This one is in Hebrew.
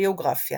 ביוגרפיה